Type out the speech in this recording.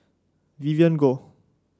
Vivien Goh